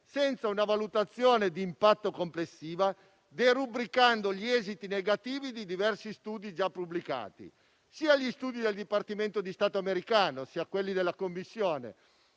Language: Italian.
senza una valutazione di impatto complessivo, derubricando gli esiti negativi di diversi studi già pubblicati. Sia gli studi del Dipartimento di Stato americano sia quelli della Commissione